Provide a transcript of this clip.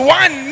one